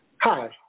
Hi